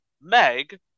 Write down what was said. Meg